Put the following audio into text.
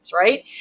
right